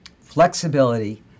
flexibility